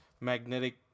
magnetic